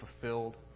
fulfilled